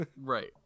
Right